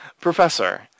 Professor